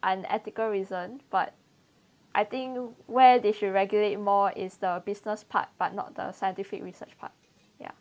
unethical reason but I think where they should regulate more is the business part but not the scientific research part ya